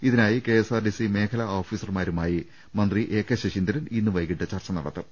ഇതിനായി കെഎസ്ആർടിസി മേഖലാ ഓഫീസർമാരുമായി മന്ത്രി എ കെ ശശീന്ദ്രൻ ഇന്ന് വൈകീട്ട് ചർച്ച നടത്തും